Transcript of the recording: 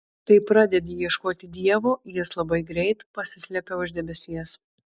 kai pradedi ieškoti dievo jis labai greit pasislepia už debesies